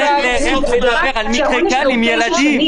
איך אפשר לדבר על מקרה קל עם ילדים?